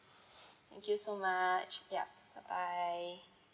thank you so much ya bye bye